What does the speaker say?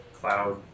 cloud